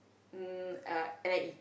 um uh N_I_E